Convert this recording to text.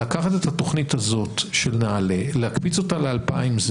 לקחת את התכנית הזאת של נעל"ה ולהקפיץ אותה ל-2,000.